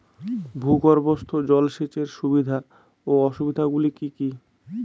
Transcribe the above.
ভূগর্ভস্থ জল সেচের সুবিধা ও অসুবিধা গুলি কি কি?